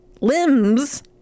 limbs